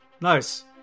Nice